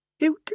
You